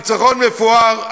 ניצחון מפואר,